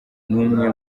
n’umwe